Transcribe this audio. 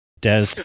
Des